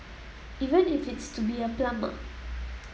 even if it's to be a plumber